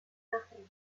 nothing